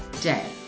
day